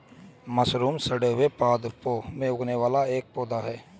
mushroom सड़े हुए पादपों में उगने वाला एक पौधा है